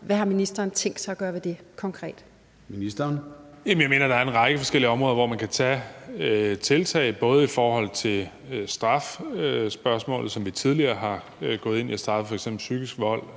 integrationsministeren (Kaare Dybvad Bek): Jeg mener, der er en række forskellige områder, hvor man kan tage tiltag. Det kan være i forhold til strafspørgsmålet, som vi tidligere er gået ind i, og at straffe f.eks. psykisk vold